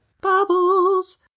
Bubbles